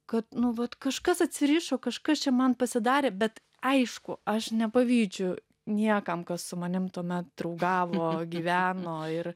kad nu vat kažkas atsirišo kažkas čia man pasidarė bet aišku aš nepavydžiu niekam kas su manim tuomet draugavo gyveno ir